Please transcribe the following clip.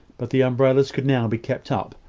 but the umbrellas could now be kept up,